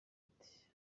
ati